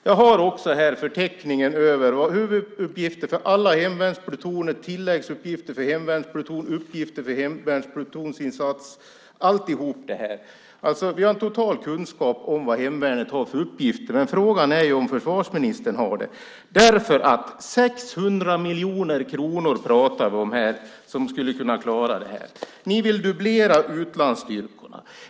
Jag har här förteckningen över huvuduppgifter för alla hemvärnsplutoner, tilläggsuppgifter för hemvärnsplutoner och uppgifter för hemvärnsplutonsinsats. Vi har en total kunskap om vilka uppgifter hemvärnet har. Frågan är om försvarsministern har det. Vi pratar om 600 miljoner kronor som skulle kunna klara detta. Ni vill dubblera utlandsstyrkorna.